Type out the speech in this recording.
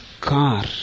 car